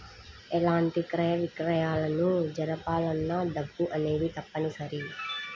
ఎలాంటి క్రయ విక్రయాలను జరపాలన్నా డబ్బు అనేది తప్పనిసరి